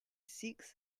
seeks